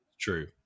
true